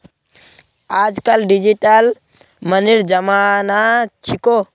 आजकल डिजिटल मनीर जमाना छिको